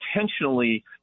intentionally